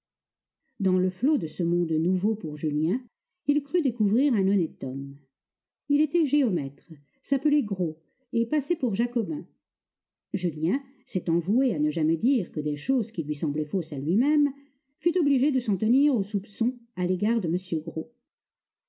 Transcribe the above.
dans le flot de ce monde nouveau pour julien il crut découvrir un honnête homme il était géomètre s'appelait gros et passait pour jacobin julien s'étant voué à ne jamais dire que des choses qui lui semblaient fausses à lui-même fut obligé de s'en tenir au soupçon à l'égard de m gros